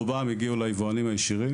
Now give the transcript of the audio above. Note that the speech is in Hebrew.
מגיעים ברובם ליבואנים הישירים.